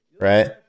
Right